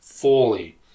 fully